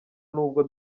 n’ubwo